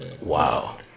Wow